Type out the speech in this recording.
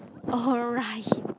alright